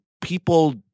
people –